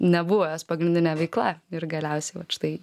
nebuvo jos pagrindinė veikla ir galiausiai vat štai